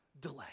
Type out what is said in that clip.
delay